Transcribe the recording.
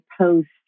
post